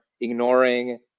ignoring